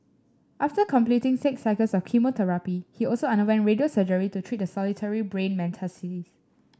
after completing six cycles of chemotherapy he also underwent radio surgery to treat the solitary brain metastasis